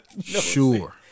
sure